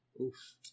Oof